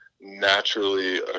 naturally